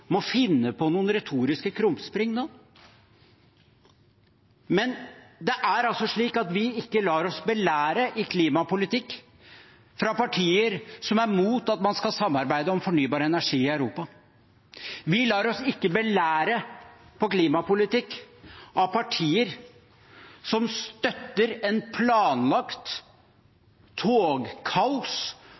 vi ikke lar oss belære i klimapolitikk fra partier som er imot at man skal samarbeide om fornybar energi i Europa. Vi lar oss ikke belære i klimapolitikk av partier som støtter et planlagt